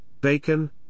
bacon